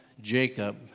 Jacob